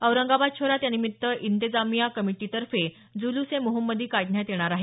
औरंगाबाद शहरात यानिमित्त इंतेजामिया कमिटीतर्फे जुलूस ए मोहम्मदी काढण्यात येणार आहे